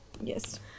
yes